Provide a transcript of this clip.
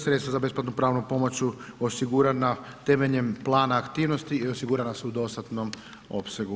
Sredstva za besplatnu pravnu pomoć su osigurana temeljem plana aktivnosti i osigurana su u dostatnom opsegu.